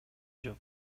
жок